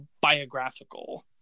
biographical